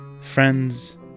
friends